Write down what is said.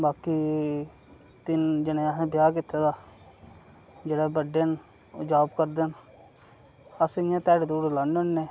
बाकी तिन जने असें ब्याह् कीते दा जेह्ड़े बड्डे न ओह् जाब करदे न अस इ'यां ध्याड़ी धुड़ी लान्ने हुन्ने